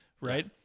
right